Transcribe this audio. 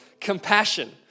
Compassion